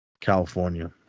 California